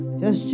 yes